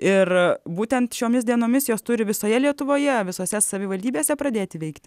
ir būtent šiomis dienomis jos turi visoje lietuvoje visose savivaldybėse pradėti veikti